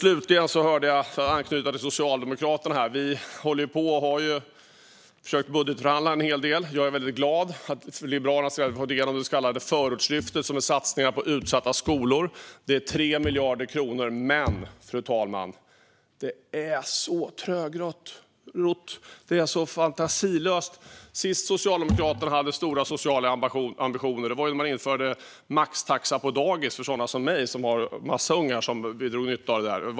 Jag ska anknyta till Socialdemokraterna här. Vi har försökt att budgetförhandla en hel del. Jag är väldigt glad att Liberalerna har del av det så kallade förortslyftet med satsningar på utsatta skolor. Det är 3 miljarder kronor. Fru talman! Det är så trögrott. Det är så fantasilöst. Sist Socialdemokraterna hade stora sociala ambitioner var när de införde maxtaxa på dagis för sådana som mig som har en massa ungar och som drog nytta av det.